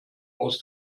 aus